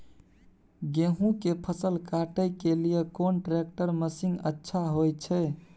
गेहूं के फसल काटे के लिए कोन ट्रैक्टर मसीन अच्छा होय छै?